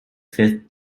fifth